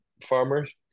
farmers